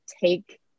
take